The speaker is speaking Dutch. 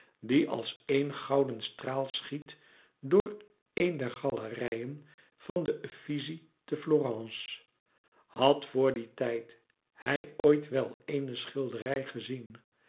die als éen gouden straal schiet door een der galerijen van de uffizie te florence had vor dien tijd hij ooit wel éene schilderij gezien